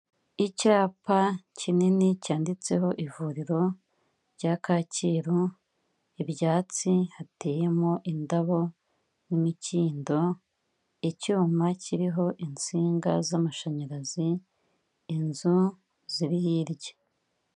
Icyapa kinini cyanditseho ivuriro rya Kacyiru, ibyatsi hateyemo indabo n'imikindo, icyuma kiriho insinga z'amashanyarazi, inzu ziri hirya.